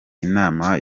inama